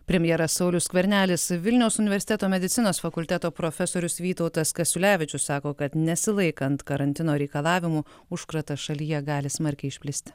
premjeras saulius skvernelis vilniaus universiteto medicinos fakulteto profesorius vytautas kasiulevičius sako kad nesilaikant karantino reikalavimų užkratas šalyje gali smarkiai išplisti